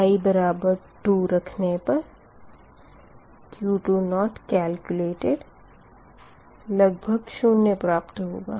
i 2 रखने पर Q2 calculated लगभग शून्य प्राप्त होगा